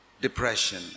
depression